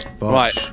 right